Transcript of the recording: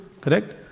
correct